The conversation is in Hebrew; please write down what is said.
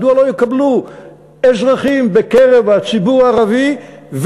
מדוע לא יקבלו אזרחים בקרב הציבור הערבי,